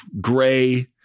gray